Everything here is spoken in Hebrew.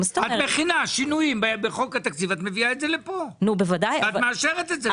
את מכינה שינויים בחוק התקציב ואת מביאה את זה לפה ואת מאשרת את זה.